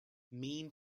mean